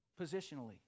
positionally